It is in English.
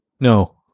No